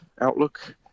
outlook